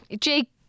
Jake